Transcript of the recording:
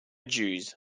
jews